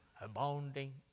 Abounding